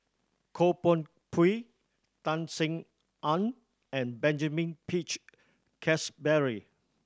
Goh Koh Pui Tan Sin Aun and Benjamin Peach Keasberry